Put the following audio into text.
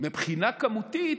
מבחינה כמותית,